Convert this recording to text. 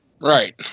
Right